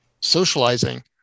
socializing